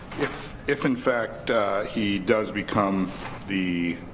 if if in fact he does become the